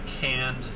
canned